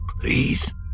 Please